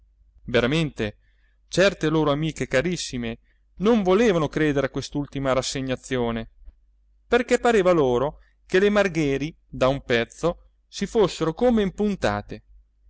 veramente certe loro amiche carissime non volevano credere a quest'ultima rassegnazione perché pareva loro che le margheri da un pezzo si fossero come impuntate